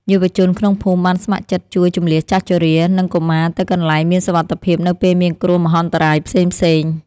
យុវជនក្នុងភូមិបានស្ម័គ្រចិត្តជួយជម្លៀសចាស់ជរា និងកុមារទៅកន្លែងមានសុវត្ថិភាពនៅពេលមានគ្រោះមហន្តរាយផ្សេងៗ។